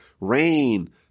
rain